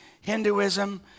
Hinduism